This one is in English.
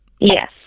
Yes